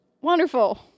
Wonderful